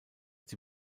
die